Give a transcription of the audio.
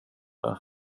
det